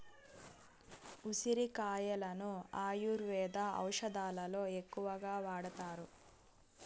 ఉసిరి కాయలను ఆయుర్వేద ఔషదాలలో ఎక్కువగా వాడతారు